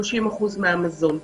30% מהמזון.